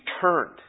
turned